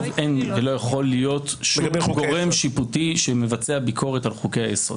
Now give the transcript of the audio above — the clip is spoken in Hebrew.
אין ולא יכול להיות גורם שיפוטי שמבצע ביקורת על חוקי היסוד.